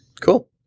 Cool